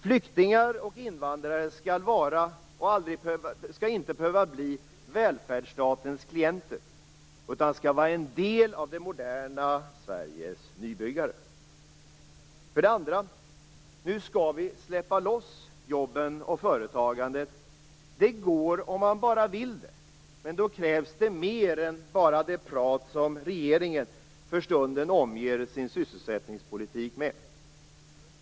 Flyktingar och invandrare skall inte behöva bli välfärdsstatens klienter, utan de skall vara en del av det moderna För det andra: Nu skall vi släppa loss jobben och företagandet. Det går om man bara vill. Men då krävs det mer än bara det prat som regeringen för stunden omger sin sysselsättningspolitik med.